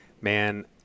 man